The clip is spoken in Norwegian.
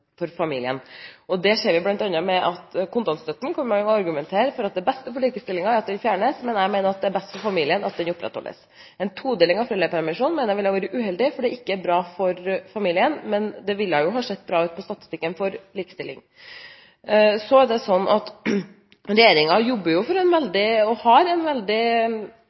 for familien. Det ser vi bl.a. når det gjelder kontantstøtten, der man kan argumentere for at det er best for likestillingen at den fjernes. Men jeg mener det er best for familien at den opprettholdes. En todeling av foreldrepermisjon mener jeg ville ha vært uheldig, for det er ikke bra for familien, men det ville jo ha sett bra ut på statistikken for likestilling. Så jobber regjeringen for – og har – en veldig